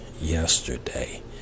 yesterday